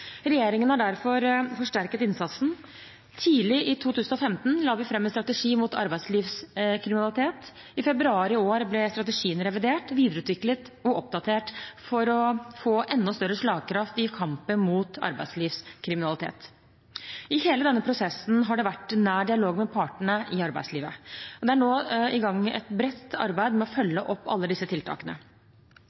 Regjeringen har derfor forsterket innsatsen. Tidlig i 2015 la vi fram en strategi mot arbeidslivskriminalitet. I februar i år ble strategien revidert, videreutviklet og oppdatert for å få enda større slagkraft i kampen mot arbeidslivskriminalitet. I hele denne prosessen har det vært nær dialog med partene i arbeidslivet. Det er nå i gang et bredt arbeid med å følge opp alle disse tiltakene.